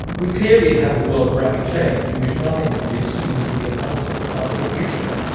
we clearly inhabit a world of rapid change in which nothing can be assumed to be a constant part of the future.